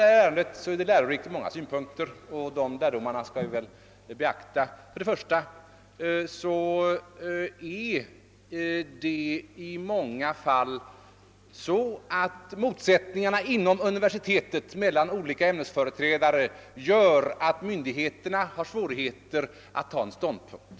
Detta ärende är lärorikt ur många synpunkter, och vi skall väl också beakta lärdomarna härav. Först och främst medför i många fall motsättningar inom universitetet mellan olika ämnesföreträdare att myndigheterna har svårigheter att inta ståndpunkt.